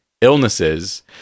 illnesses